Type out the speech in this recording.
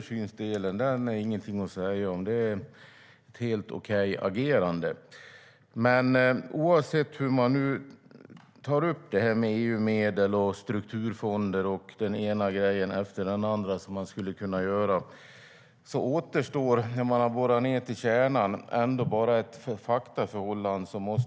Det sade jag också i mitt inledande svar.